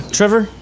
Trevor